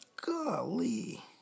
Golly